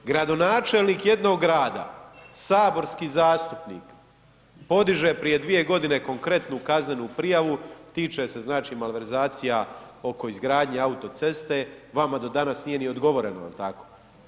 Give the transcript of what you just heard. Gradonačelnik jednog grada, saborski zastupnik podiže prije 2 g. konkretnu kaznenu prijavu, tiče se znači malverzacija oko izgradnje autoceste, vama do danas nije ni odgovoreno, jel tako?